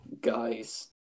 guys